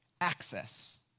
access